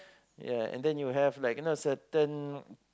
ya and then you have like you know certain